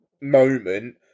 moment